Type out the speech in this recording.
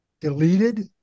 deleted